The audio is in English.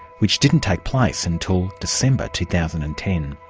which didn't take place until december, two thousand and ten.